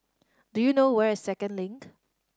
do you know where is Second Link